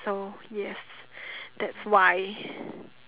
so yes that's why